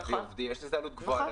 להביא עובדים מירדן, יש לזה עלות גבוהה.